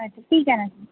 अच्छा ठीक आहे ना